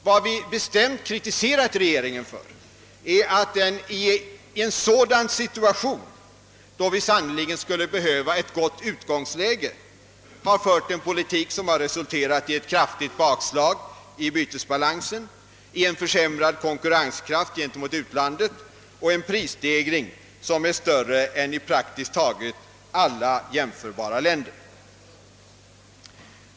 Vad vi bestämt kritiserat regeringen för är att den i en situation, då vi sannerligen skulle behöva ett gott utgångsläge, har fört en politik som resulterat i ett kraftigt bakslag i bytesbalansen, i en försämrad konkurrenskraft gentemot utlandet och i en prisstegring som är större än i praktiskt taget alla jämförbara länder.